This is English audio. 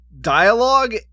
dialogue